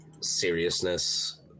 seriousness